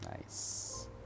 Nice